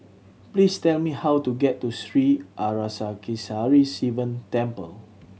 please tell me how to get to Sri Arasakesari Sivan Temple